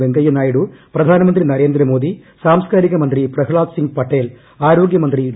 വെങ്കയ്യനായിസ്ടു പ്രധാനമന്ത്രി നരേന്ദ്രമോദി സാംസ്കാരിക മന്ത്രി പ്രഹ്ളാദ് സിംഗ് പട്ടേൽ ആരോഗൃ മന്ത്രി ഡോ